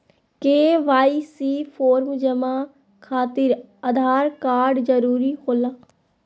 KYC form जमा खातिर Aadhaar card जरूरी होला?